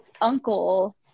uncle